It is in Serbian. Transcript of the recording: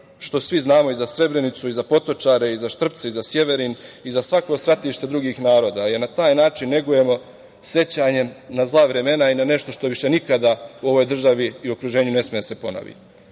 što svi znamo i za Srebrenicu, i za Potočare, i za Štrpce, i za Sjeverin, i za svako stratište drugih naroda, jer na taj način negujemo sećanje na zla vremena i na nešto što više nikada u ovoj državi i okruženju ne sme da se ponovi. Ovo